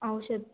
औषध